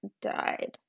died